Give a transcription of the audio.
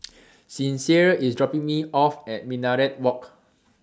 Sincere IS dropping Me off At Minaret Walk